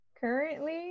currently